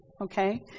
okay